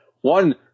one